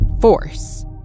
force